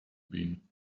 been